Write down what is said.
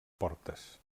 portes